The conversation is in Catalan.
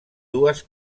dues